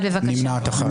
הצבעה לא אושרו.